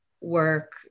work